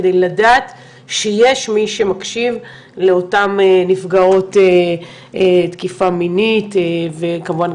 כדי לדעת שיש מי שמקשיב לאותם נפגעות תקיפה מינית וכמובן,